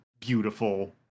beautiful